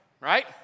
right